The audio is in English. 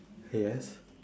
yes